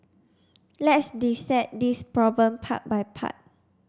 let's dissect this problem part by part